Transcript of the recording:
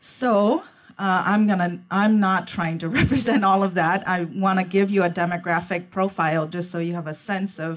so i'm going to i'm not trying to represent all of that i want to give you a demographic profile just so you have a sense of